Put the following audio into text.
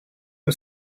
the